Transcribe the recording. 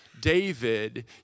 david